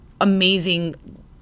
amazing